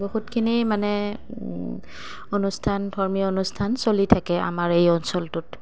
বহুতখিনি মানে অনুষ্ঠান ধৰ্মীয় অনুষ্ঠান চলি থাকে আমাৰ এই অঞ্চলটোত